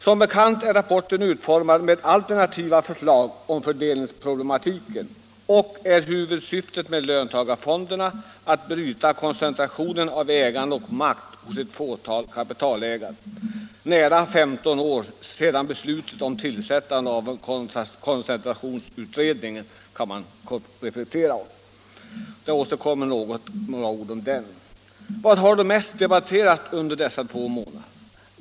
Som bekant är rapporten utformad med alternativa förslag om fördelningsproblematiken, och huvudsyftet med löntagarfonderna är att bryta koncentrationen av ägande och makt hos ett fåtal kapitalägare, nära 15 år sedan beslutet fattades om tillsättande av koncentrationsutredningen, som jag återkommer med några ord om. Vad har då mest debatterats under dessa två månader?